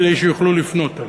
כדי שיוכלו לפנות אליך,